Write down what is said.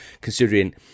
considering